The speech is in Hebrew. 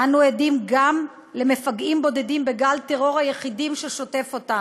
אנו עדים גם למפגעים בודדים בגל טרור היחידים השוטף אותנו,